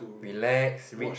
relax read